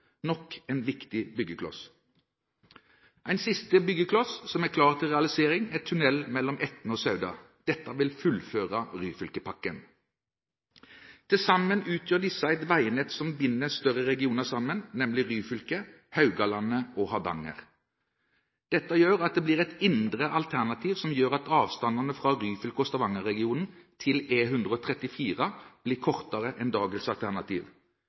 nok en viktig byggekloss. En siste byggekloss som er klar til realisering, er tunnel mellom Etne og Sauda. Dette vil fullføre Ryfylke-pakken. Til sammen utgjør disse et veinett som binder større regioner sammen, nemlig Ryfylke, Haugalandet og Hardanger. Dette gjør at det blir et indre alternativ, noe som gjør at avstandene fra Ryfylke- og Stavanger-regionen til E134 blir kortere enn dagens alternativ.